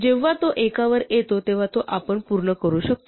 जेव्हा तो एकावर येतो तेव्हा आपण पूर्ण करू शकतो